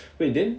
wait then